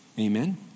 Amen